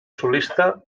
solista